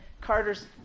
Carter's